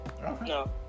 No